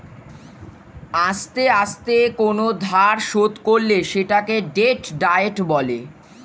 আস্তে আস্তে কোন ধার শোধ করলে সেটাকে ডেট ডায়েট বলে